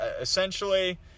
essentially